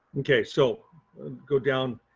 okay, so go down,